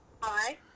Hi